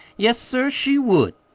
yes, sir, she would!